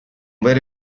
vero